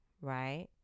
Right